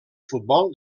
futbol